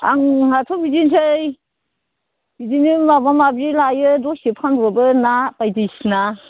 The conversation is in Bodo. आंनाथ' बिदिनोसै बिदिनो माबा माबि लायो दसे फानब्र'बो ना बायदिसिना